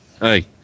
hey